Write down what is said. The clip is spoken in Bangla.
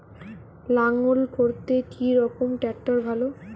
লাঙ্গল করতে কি রকম ট্রাকটার ভালো?